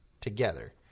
together